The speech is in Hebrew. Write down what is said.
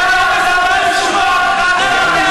אתה לא מסוגל להחזיק, מה אתה מסוגל?